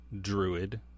druid